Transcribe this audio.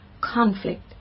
conflict